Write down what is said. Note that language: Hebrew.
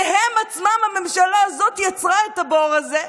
כשהם עצמם, הממשלה הזאת, יצרה את הבור הזה.